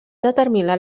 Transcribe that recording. determinar